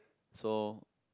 so